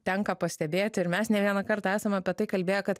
tenka pastebėti ir mes ne vieną kartą esam apie tai kalbėję kad